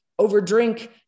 overdrink